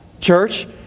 church